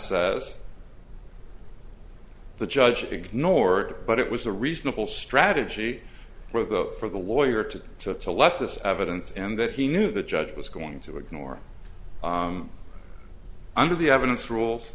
says the judge ignored it but it was a reasonable strategy for the for the lawyer to have to let this evidence in that he knew the judge was going to ignore under the evidence rules